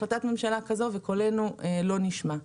החלטת ממשלה כזאת וקולנו לא נשמע.